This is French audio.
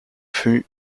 fut